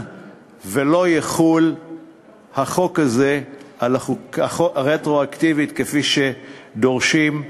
והחוק הזה לא יחול רטרואקטיבית כפי שדורשים,